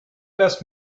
best